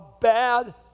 bad